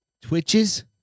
Twitches